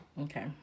Okay